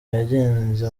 yagenze